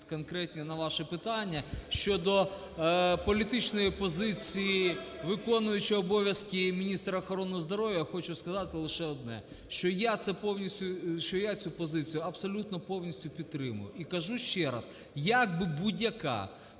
конкретно на ваше питання. Щодо політичної позиції виконуючого обов'язки міністра охорони здоров'я, я хочу сказати лише одне, що я це повністю… що я цю позицію абсолютно повністю підтримую, і кажу ще раз, як би будь-яка